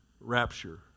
rapture